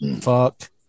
Fuck